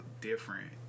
different